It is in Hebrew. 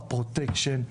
בפרוטקשן,